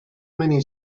many